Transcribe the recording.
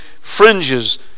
fringes